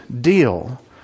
deal